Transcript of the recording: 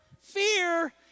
fear